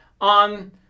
on